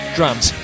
Drums